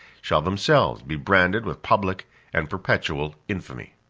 shall themselves be branded with public and perpetual infamy.